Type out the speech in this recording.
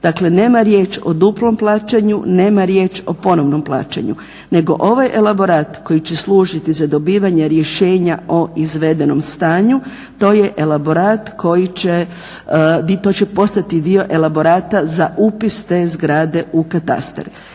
Dakle nema riječ o duplom plaćanju, nema riječ o ponovnom plaćanju, nego ovaj elaborat koji će služiti za dobivanje rješenja o izvedenom stanju to je elaborat koji će, to će postati dio elaborata za upis te zgrade u katastar.